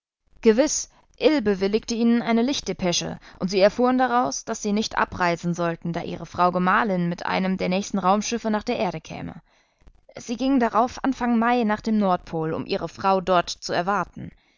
gewiß ill bewilligte ihnen eine lichtdepesche und sie erfuhren daraus daß sie nicht abreisen sollten da ihre frau gemahlin mit einem der nächsten raumschiffe nach der erde käme sie gingen darauf anfang mai nach dem nordpol um ihre frau dort zu erwarten